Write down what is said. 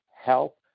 help